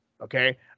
Okay